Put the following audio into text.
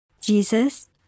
Jesus